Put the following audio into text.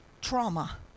trauma